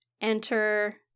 enter